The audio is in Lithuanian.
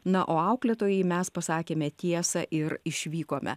na o auklėtojai mes pasakėme tiesą ir išvykome